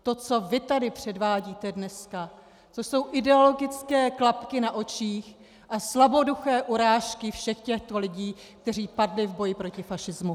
To, co vy tady předvádíte dneska, to jsou ideologické klapky na očích a slaboduché urážky všech těchto lidí, kteří padli v boji proti fašismu.